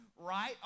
right